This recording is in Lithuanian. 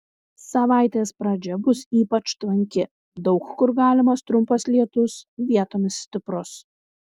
savaitės pradžia bus ypač tvanki daug kur galimas trumpas lietus vietomis stiprus